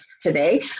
today